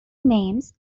names